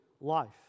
life